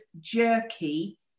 jerky